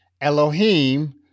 Elohim